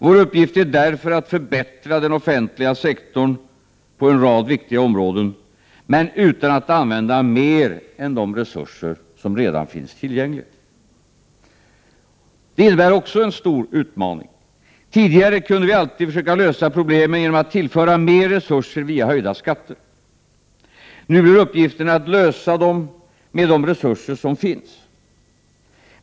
Vår uppgift är därför att förbättra den offentliga sektorn på en rad viktiga områden — men utan att använda mer än de resurser som redan finns tillgängliga. Det innebär en stor utmaning. Tidigare kunde vi alltid försöka lösa problemen genom att tillföra mer resurser via höjda skatter. Nu blir uppgiften att lösa dem med de resurser som redan finns.